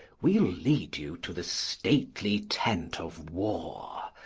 we'll lead you to the stately tent of war,